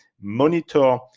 Monitor